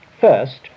First